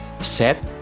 Set